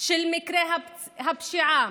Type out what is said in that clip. של מקרי הפשיעה,